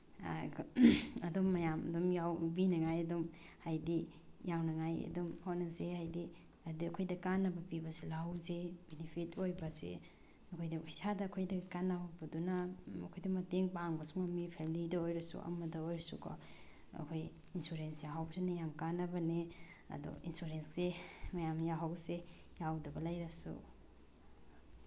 ꯑꯗꯨꯝ ꯃꯌꯥꯝ ꯑꯗꯨꯝ ꯌꯥꯎꯕꯤꯅꯤꯉꯥꯏ ꯑꯗꯨꯝ ꯍꯥꯏꯗꯤ ꯌꯥꯎꯅꯉꯥꯏ ꯑꯗꯨꯝ ꯍꯣꯠꯅꯁꯤ ꯍꯥꯏꯗꯤ ꯑꯗꯨ ꯑꯩꯈꯣꯏꯗ ꯀꯥꯟꯅꯕ ꯄꯤꯕꯁꯨ ꯂꯧꯍꯧꯁꯤ ꯕꯤꯅꯤꯐꯤꯠ ꯑꯣꯏꯕꯁꯦ ꯑꯩꯈꯣꯏꯗ ꯏꯁꯥꯗ ꯑꯩꯈꯣꯏꯗ ꯀꯥꯟꯅꯍꯧꯕꯗꯨꯅ ꯑꯩꯈꯣꯏꯗ ꯃꯇꯦꯡ ꯄꯥꯡꯕꯁꯨ ꯉꯝꯃꯤ ꯐꯦꯃꯤꯂꯤꯗ ꯑꯣꯏꯔꯁꯨ ꯑꯃꯗ ꯑꯣꯏꯔꯁꯨꯀꯣ ꯑꯩꯈꯣꯏ ꯏꯟꯁꯨꯔꯦꯟꯁ ꯌꯥꯎꯍꯧꯕꯁꯤꯅ ꯌꯥꯝ ꯀꯥꯟꯅꯕꯅꯤ ꯑꯗꯨ ꯏꯟꯁꯨꯔꯦꯟꯁꯁꯤ ꯃꯌꯥꯝꯅ ꯌꯥꯎꯍꯧꯁꯦ ꯌꯥꯎꯗꯕ ꯂꯩꯔꯁꯨ